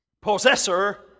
possessor